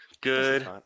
Good